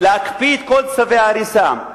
להקפיא את כל צווי ההריסה.